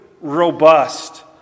robust